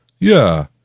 Yeah